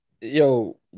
Yo